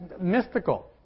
mystical